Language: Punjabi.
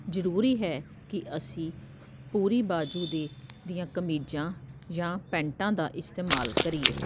ਜ਼ਰੂਰੀ ਹੈ ਕਿ ਅਸੀਂ ਪੂਰੀ ਬਾਜੂ ਦੇ ਦੀਆਂ ਕਮੀਜਾਂ ਜਾਂ ਪੈਂਟਾਂ ਦਾ ਇਸਤੇਮਾਲ ਕਰੀਏ